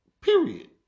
Period